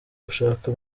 gushaka